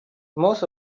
most